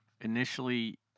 Initially